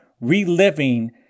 reliving